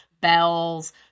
bells